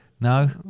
No